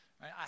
right